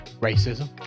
racism